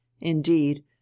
indeed